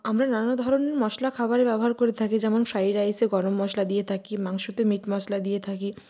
আমরা নানা ধরণের মশলা খাবারে ব্যবহার করে থাকি যেমন ফ্রায়েড রাইসে গরম মশলা দিয়ে থাকি মাংসতে মীট মশলা দিয়ে থাকি